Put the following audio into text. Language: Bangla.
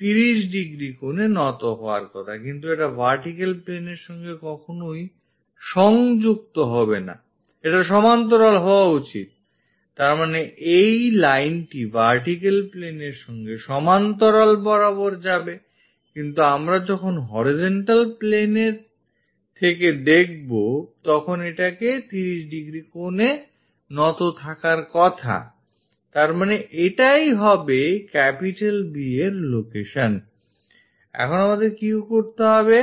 30 ডিগ্রী কোণে নত হওয়ার কথা কিন্তু এটা vertical plane এর সঙ্গে কখনোই সংযুক্ত হবে না এটা সমান্তরালে হওয়া উচিতI তারমানে এই lineটি vertical plane এর সঙ্গে সমান্তরাল বরাবর যাবে কিন্তু আমরা যখন horizontal planeএর প্থেকে দেখব তখন এটা 30 ডিগ্রী কোণে থাকার কথাI তার মানে এটাই হবে B এর location I এখন আমাকে কি করতে হবে